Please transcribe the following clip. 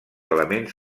elements